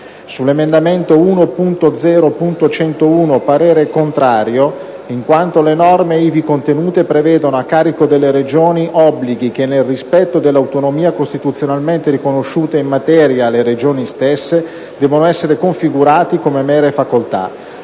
sull'emendamento 1.0.101, parere contrario, in quanto le norme ivi contenute prevedono, a carico delle Regioni, obblighi che, nel rispetto dell'autonomia costituzionalmente riconosciuta in materia alle Regioni stesse, devono essere configurati come mere facoltà;